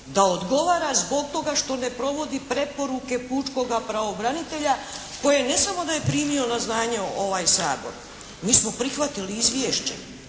da odgovara zbog toga što ne provodi preporuke pučkoga pravobranitelja koji ne samo da je primio na znanje ovaj Sabor. Mi smo prihvatili izvješće.